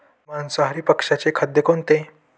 मांसाहारी पक्ष्याचे खाद्य कोणते?